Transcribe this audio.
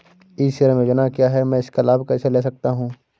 ई श्रम योजना क्या है मैं इसका लाभ कैसे ले सकता हूँ?